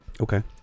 Okay